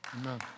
Amen